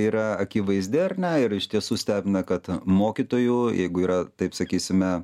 yra akivaizdi ar ne ir iš tiesų stebina kad mokytojų jeigu yra taip sakysime